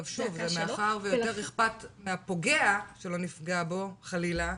מאחר ויותר איכפת מהפוגע שלא נפגע בו חלילה,